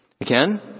Again